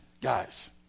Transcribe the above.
Guys